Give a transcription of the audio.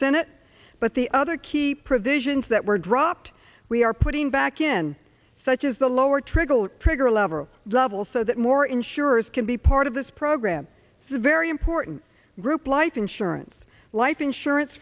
senate but the other key provisions that were dropped we are putting back in such as the lower trigger trigger lever levels so that more insurers can be part of this program it's a very important group life insurance life